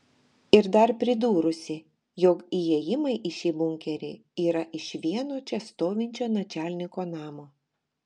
ir dar pridūrusi jog įėjimai į šį bunkerį yra iš vieno čia stovinčio načalniko namo